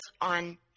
on